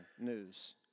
news